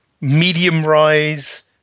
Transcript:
medium-rise